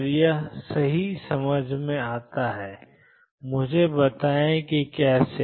और यह सही समझ में आता है मुझे बताएं कि कैसे